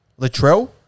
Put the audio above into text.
Latrell